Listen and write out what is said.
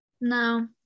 No